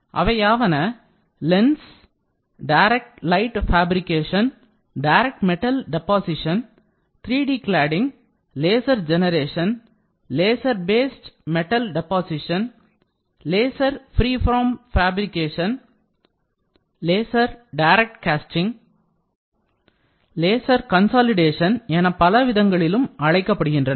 அவையாவன lens direct light fabrication direct metal deposition 3 D cladding laser generation laser based metal deposition laser free form fabrication laser direct casting laser consolidation என பலவிதங்களிலும் அழைக்கப்படுகின்றன